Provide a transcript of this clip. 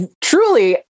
truly